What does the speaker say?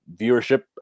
viewership